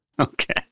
Okay